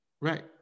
Right